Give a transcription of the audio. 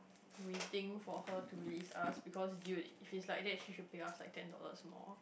we think for her to release us because dude if is like that she should pay us like ten dollars more